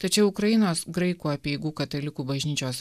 tačiau ukrainos graikų apeigų katalikų bažnyčios